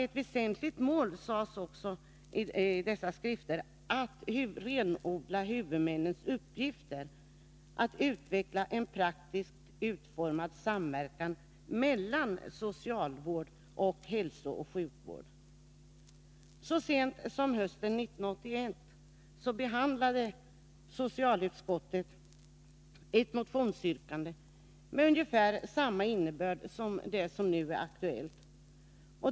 Ett väsentligt mål är också, sades det i dessa skrifter, att renodla huvudmännens uppgifter och utveckla en praktiskt utformad samverkan mellan socialvård och hälsooch sjukvård. Så sent som hösten 1981 behandlade socialutskottet ett motionsyrkande med ungefär samma innebörd som det som nu är aktuellt.